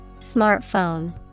Smartphone